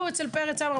הייתי אצל פרץ עמר,